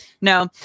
No